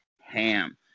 Ham